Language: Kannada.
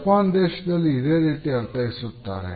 ಜಪಾನ್ ದೇಶದಲ್ಲಿ ಇದೇ ರೀತಿ ಅರ್ಥೈಸುತ್ತಾರೆ